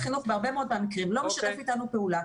משרד החינוך בהרבה מאוד מהמקרים לא משתף איתנו פעולה,